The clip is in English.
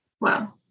Wow